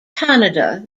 canada